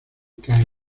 cae